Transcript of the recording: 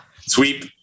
Sweep